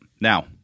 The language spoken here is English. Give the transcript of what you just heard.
Now